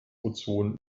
ozon